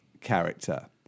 character